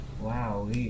Wow